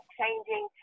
changing